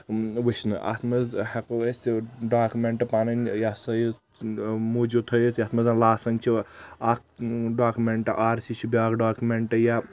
وچھنہٕ اتھ منٛز ہیٚکو أسۍ ڈاکمیٚنٹ پنٕنۍ یہ ہسا یہِ موٗجوٗد تھٲیتھ یتھ منٛز زن لاسن چھِ اکھ ڈاکمیٚنٹ آر سی چھِ بیاکھ ڈاکمیٚنٹ یا